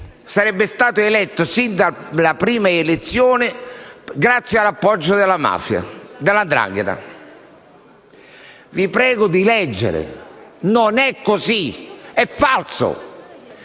sarebbe stato eletto, fin dalla prima elezione, grazie all'appoggio della 'ndrangheta. Vi prego di leggere: non è così, è falso.